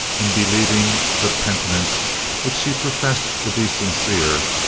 and believing the penitence which she professed to be sincere,